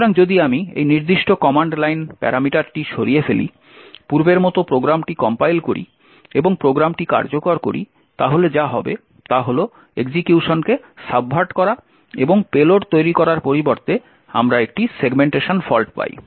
সুতরাং যদি আমি এই নির্দিষ্ট কমান্ড লাইন প্যারামিটারটি সরিয়ে ফেলি পূর্বের মতো প্রোগ্রামটি কম্পাইল করি এবং প্রোগ্রামটি কার্যকর করি তাহলে যা হবে তা হল এক্সিকিউশনকে সাবভার্ট করা এবং পেলোড তৈরি করার পরিবর্তে আমরা একটি সেগমেন্টেশন ফল্ট পাই